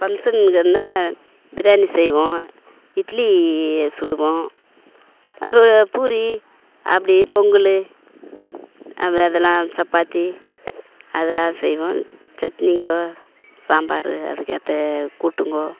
ஃபங்க்ஷனுக்கு எதுனா பிரியாணி செய்வோம் இட்லி சுடுவோம் ஒரு பூரி அப்படி பொங்கல் அதெல்லாம் சப்பாத்தி அதான் செய்வோம் சட்னிங்கோ சாம்பார் அதுக்கேற்ற கூட்டுங்கோ